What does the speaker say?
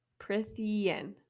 Prithian